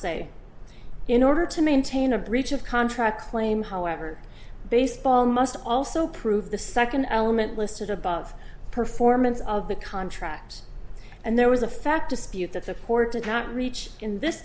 say in order to maintain a breach of contract claim however baseball must also prove the second element listed above performance of the contract and there was a fact dispute that supported patent each in this